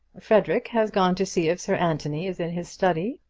frederic has gone to see if sir anthony is in his study.